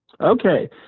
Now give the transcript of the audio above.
Okay